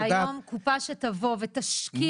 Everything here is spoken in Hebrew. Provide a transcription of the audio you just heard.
היום קופת חולים שתבוא ותשקיע.